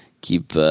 keep